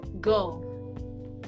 Go